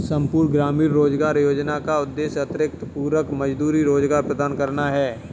संपूर्ण ग्रामीण रोजगार योजना का उद्देश्य अतिरिक्त पूरक मजदूरी रोजगार प्रदान करना है